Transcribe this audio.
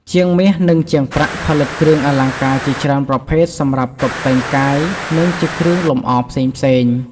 ជាងមាស និងជាងប្រាក់ផលិតគ្រឿងអលង្ការជាច្រើនប្រភេទសម្រាប់តុបតែងកាយ និងជាគ្រឿងលម្អផ្សេងៗ។